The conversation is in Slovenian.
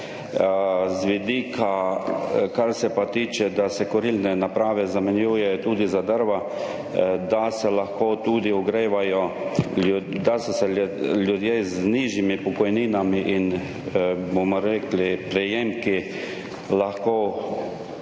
Z vidika, kar se pa tiče, da se kurilne naprave zamenjujejo tudi za drva, da se lahko tudi ogrevajo, da so se ljudje z nižjimi pokojninami in, bomo rekli, prejemki lahko